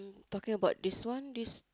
talking about this one this